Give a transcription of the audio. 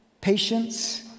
patience